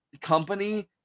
Company